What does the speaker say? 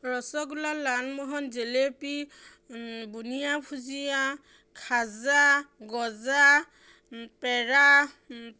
ৰসগোল্লা লালমোহন জেলেপী বুন্দিয়া ভুজীয়া খাজা গজা পেৰা